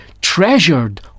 treasured